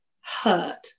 hurt